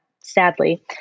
sadly